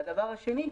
והדבר השני,